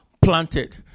planted